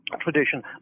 tradition